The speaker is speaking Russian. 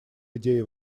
идеи